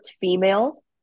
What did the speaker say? female